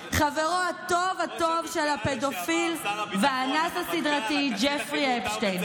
חברו הטוב הטוב של הפדופיל והאנס הסדרתי ג'פרי אפשטיין.